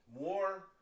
more